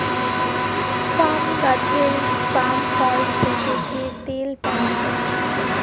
পাম গাহাচের পাম ফল থ্যাকে যে তেল পাউয়া যায়